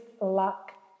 luck